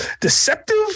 deceptive